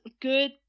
good